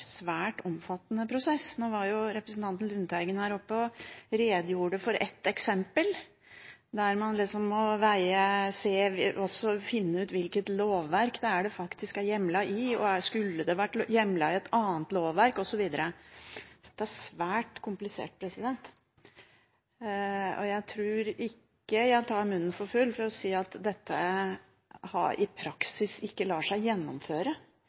svært, svært omfattende prosess. Representanten Lundteigen var oppe og redegjorde for ett eksempel der man må veie, se og så finne ut hvilket lovverk det faktisk er hjemlet i, og se på om det skulle vært hjemlet i et annet lovverk, osv. Det er svært komplisert, og jeg tror ikke jeg tar munnen for full ved å si at dette i praksis ikke lar seg gjennomføre